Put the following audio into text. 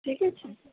ঠিক আছে